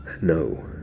no